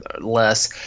less